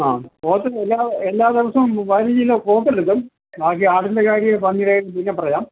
ആ പോത്ത് എല്ലാ എല്ലാ ദിവസവും പതിനഞ്ച് കിലോ പോത്ത് എടുക്കും ബാക്കി ആടിൻ്റെ കാര്യം പന്നീട് പിന്നെ പറയാം